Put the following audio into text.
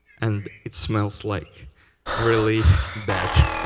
and it smells like really bad.